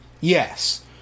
Yes